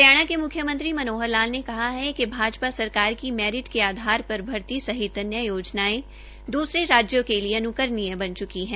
हरियाणा के मुख्यमंत्री मनोहर लाल ने कह है कि भाजपा सरकार की मैरिट के आधार पर भर्ती सहित अन्य योजनायें दूसरे राज्यों के लिए अनुकरणीय बन चुकी हैं